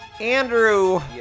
Andrew